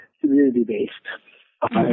community-based